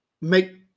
make